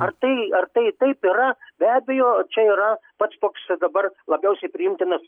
ar tai ar tai taip yra be abejo čia yra pats toks dabar labiausiai priimtinas